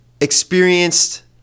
experienced